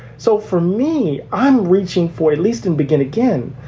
so for me, i'm reaching for at least in begin again.